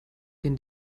ihren